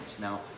Now